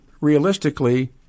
realistically